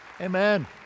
Amen